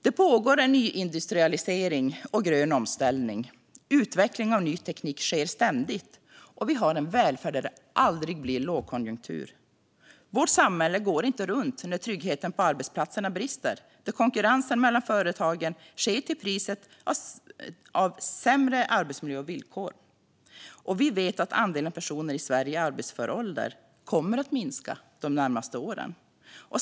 Det pågår en nyindustrialisering och en grön omställning. Utveckling av ny teknik sker ständigt. Vi har en välfärd där det aldrig blir lågkonjunktur. Vårt samhälle går inte runt när tryggheten på arbetsplatserna brister och där konkurrensen mellan företagen sker till priset av sämre arbetsmiljö och villkor. Vi vet att andelen personer i Sverige i arbetsför ålder kommer att minska närmaste åren.